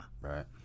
right